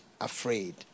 afraid